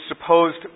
supposed